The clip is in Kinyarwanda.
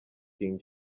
king